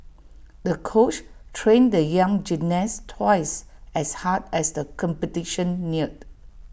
the coach trained the young gymnast twice as hard as the competition neared